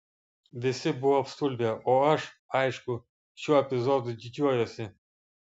visi buvo apstulbę o aš aišku šiuo epizodu didžiuojuosi